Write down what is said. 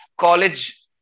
college